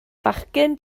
fachgen